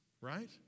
right